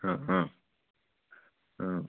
ആ ആ ആ